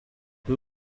who